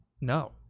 no